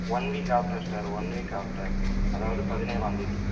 one week after sir one week after அதாவது பதினேழாந் தேதி